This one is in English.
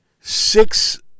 six